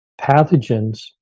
pathogens